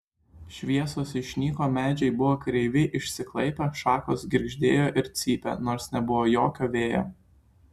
šviesos išnyko medžiai buvo kreivi išsiklaipę šakos girgždėjo ir cypė nors nebuvo jokio vėjo